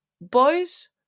Boys